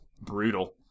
brutal